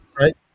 Right